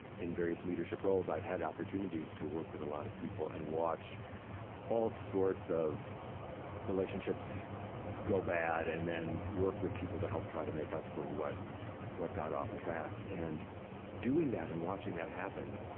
in various leadership roles i've had opportunities to work with a lot of people and watch all sorts of relationships go bad, and then work with people to help try to make up for what what got off track. and doing that and watching that happen,